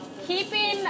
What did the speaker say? keeping